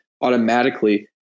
automatically